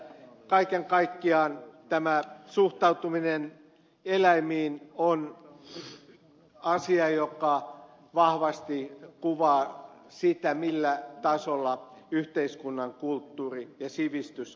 kaiken kaikkiaan tämä suhtautuminen eläimiin on asia joka vahvasti kuvaa sitä millä tasolla yhteiskunnan kulttuuri ja sivistys ovat